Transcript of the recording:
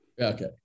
Okay